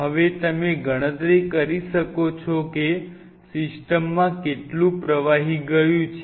હવે તમે ગણતરી કરી શકો છો કે સિસ્ટમમાં કેટલું પ્રવાહી ગયું છે